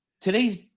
Today's